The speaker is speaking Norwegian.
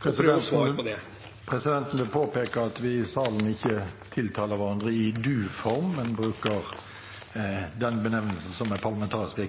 Prøv å svare på det. Presidenten vil påpeke at man i salen ikke tiltaler hverandre i du-form, men bruker den benevnelsen som er parlamentarisk